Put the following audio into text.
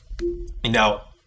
Now